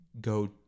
go